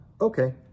Okay